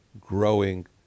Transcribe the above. growing